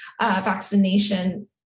vaccination